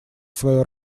свою